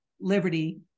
liberty